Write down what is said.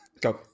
Go